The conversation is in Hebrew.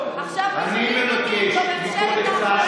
אני מבקש מכל אחד ואחד מכם,